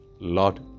Lord